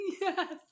Yes